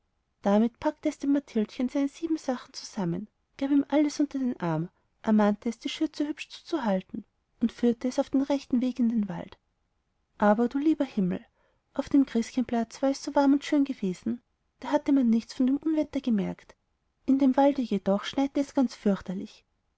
damit packte es dem mathildchen seine siebensachen zusammen gab ihm alles unter den arm ermahnte es die schürze hübsch zuzuhalten und führte es auf den rechten weg in den wald aber du lieber himmel auf dem christkindplatz war es so warm und schön gewesen da hatte man nichts vom unwetter gemerkt in dem walde jedoch schneite es ganz fürchterlich